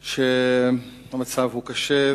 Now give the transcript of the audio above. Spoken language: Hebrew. שהמצב הוא קשה,